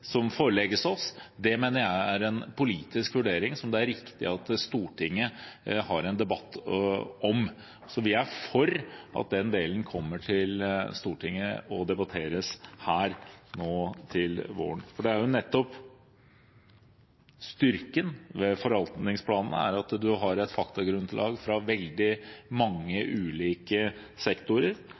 som forelegges oss, mener jeg er en politisk vurdering som det er riktig at Stortinget har en debatt om. Så vi er for at den delen kommer til Stortinget og debatteres her til våren. Styrken ved forvaltningsplanene er nettopp at man har et faktagrunnlag fra veldig mange ulike sektorer.